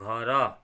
ଘର